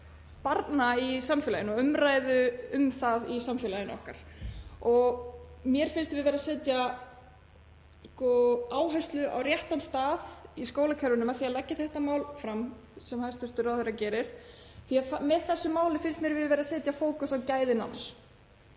barna í samfélaginu og umræðu um hana í samfélaginu okkar. Mér finnst við vera að setja áherslu á réttan stað í skólakerfinu með því að leggja þetta mál fram, sem hæstv. ráðherra gerir, því með því finnst mér við vera að setja fókus á gæði náms.